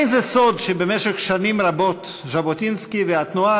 אין זה סוד שבמשך שנים רבות היו ז'בוטינסקי והתנועה